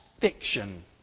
fiction